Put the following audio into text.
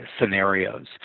scenarios